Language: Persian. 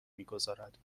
میگذارد